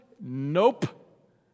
Nope